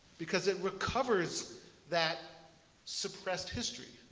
because it recovers that suppressed history.